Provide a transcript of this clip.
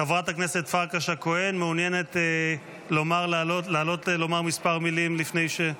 חברת הכנסת פרקש הכהן מעוניינת לעלות לומר כמה מילים לפני?